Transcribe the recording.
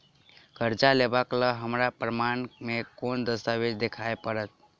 करजा लेबाक लेल हमरा प्रमाण मेँ कोन दस्तावेज देखाबऽ पड़तै?